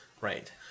right